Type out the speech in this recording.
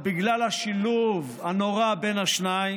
או בגלל השילוב הנורא בין השניים,